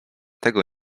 tego